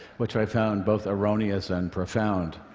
which i found both erroneous and profound.